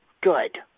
Good